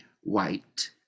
white